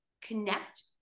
connect